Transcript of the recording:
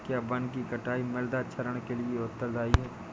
क्या वनों की कटाई मृदा क्षरण के लिए उत्तरदायी है?